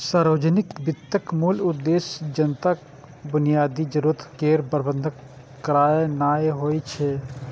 सार्वजनिक वित्तक मूल उद्देश्य जनताक बुनियादी जरूरत केर प्रबंध करनाय होइ छै